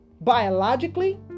biologically